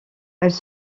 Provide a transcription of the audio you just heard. elles